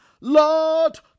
Lord